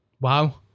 Wow